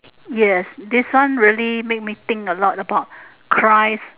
yes this one really make me think a lot about christ